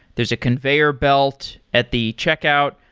there's a conveyor belt at the checkout.